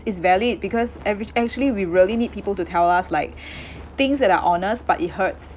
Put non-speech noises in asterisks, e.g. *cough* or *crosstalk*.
is valid because eve~ actually we really need people to tell us like *breath* things that are honest but it hurts